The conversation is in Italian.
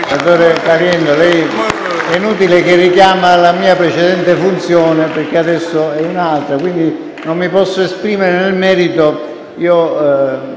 Senatore Caliendo, è inutile che lei richiami la mia precedente funzione perché adesso è un'altra. Non posso esprimermi nel merito,